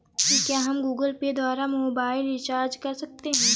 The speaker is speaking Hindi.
क्या हम गूगल पे द्वारा मोबाइल रिचार्ज कर सकते हैं?